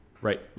right